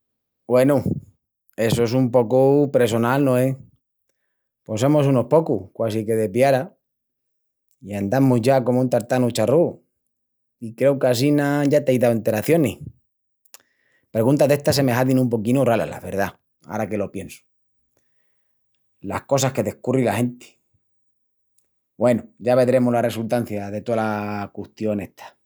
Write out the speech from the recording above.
Güenu, essu es un pocu pressonal, no es? Pos semus unus pocus, quasi que de piara, i andamus ya comu un tartanu charrúu. I creu qu'assina ya t'ei dau enteracionis. Perguntas d'estas se me hazin un poquinu ralas, la verdá, ara que lo piensu. Las cosas que descurri la genti. Güenu, ya vedremus la resultancia de tola custión esta...